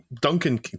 Duncan